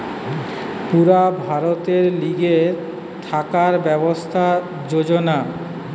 পুরা ভারতের লিগে থাকার ব্যবস্থার যোজনা